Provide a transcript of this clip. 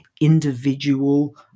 individual